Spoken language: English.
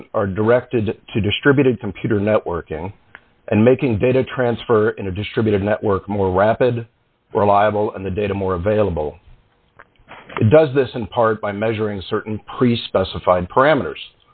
are directed to distributed computer networking and making data transfer in a distributed network more rapid reliable and the data more available does this in part by measuring certain pre specified parameters